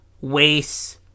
waste